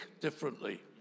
differently